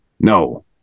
no